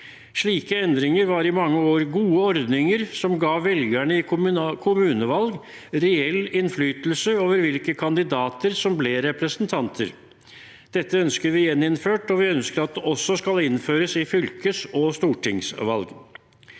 Slike endringer var i mange år gode ordninger som ga velgerne i kommunevalg reell innflytelse over hvilke kandidater som ble representanter. Dette ønsker vi gjeninnført, og vi ønsker at det også skal innføres i fylkes- og stortingsvalg.